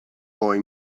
boy